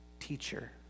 Teacher